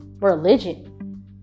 religion